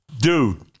Dude